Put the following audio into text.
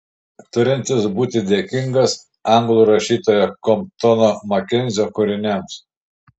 turintis būti dėkingas anglų rašytojo komptono makenzio kūriniams